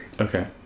Okay